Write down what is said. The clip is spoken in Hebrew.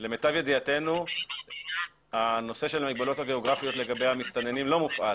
למיטב ידיעתנו הנושא של המגבלות הגיאוגרפיות לגבי המסתננים לא מופעל.